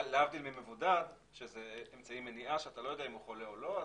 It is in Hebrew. להבדיל ממבודד כאשר זה אמצעי מניעה שאתה לא יודע אם הוא חולה או לא.